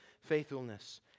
faithfulness